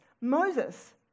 Moses